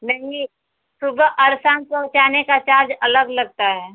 नहीं सुबह अरे शाम पहुँचाने का चार्ज अलग लगता है